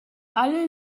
alle